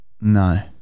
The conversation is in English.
No